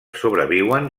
sobreviuen